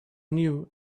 knew